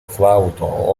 flauto